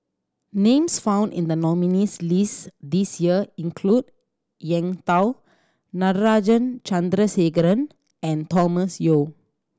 names found in the nominees' list this year include Eng Tow Natarajan Chandrasekaran and Thomas Yeo